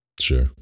sure